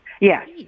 Yes